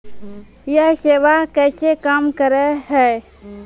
यह सेवा कैसे काम करै है?